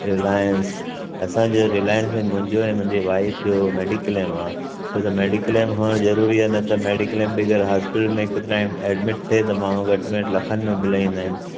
Reliance असांजो Reliance में मुंहिंजो ऐं मुंहिंजी वाइफ जो मेडिक्लेम आहे छो त मेडिक्लेम हुअणु ज़रूरी आहे न त मेडिक्लेम बग़ैर हॉस्पिटल में हिकु टाइम एडमिड थिए त माण्हू घटि में घटि लखनि में बिल आईंदा आहिनि